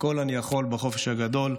"הכול אני יכול בחופש הגדול".